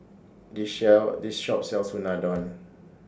This share This Shop sells Unadon